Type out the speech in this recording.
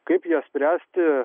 kaip ją spręsti